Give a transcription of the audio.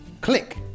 Click